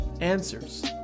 answers